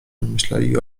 myśleli